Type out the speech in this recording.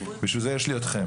בשביל זה יש לי אתכם.